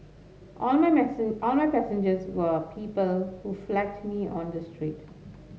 all my all my passengers were people who flagged me on the street